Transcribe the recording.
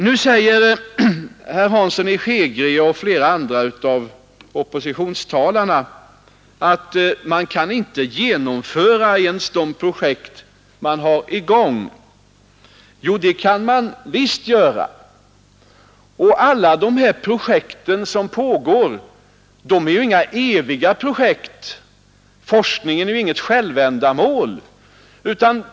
Nu säger herr Hansson i Skegrie och flera andra av oppositionstalarna att man inte kan genomföra ens de projekt man har i gång. Jo, det kan man visst göra. Och de projekt som pågår är ju inga eviga projekt. Forskning är inget självändamål.